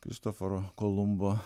kristoforo kolumbo